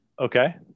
Okay